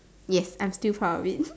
yes I'm still proud of it